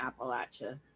Appalachia